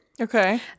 Okay